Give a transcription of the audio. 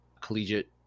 collegiate